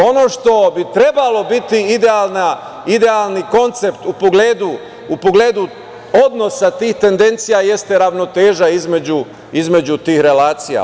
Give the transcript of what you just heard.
Ono što bi trebalo biti idealni koncept u pogledu odnosa tih tendencija jeste ravnoteža između tih relacija.